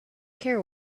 care